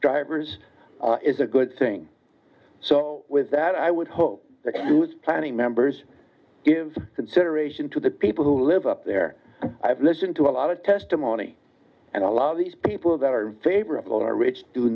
drivers is a good thing so with that i would hope that the planning members give consideration to the people who live up there i've listened to a lot of testimony and a lot of these people that are favorable are rich do